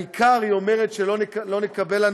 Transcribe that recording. העיקר, היא אומרת, שלא נצטרך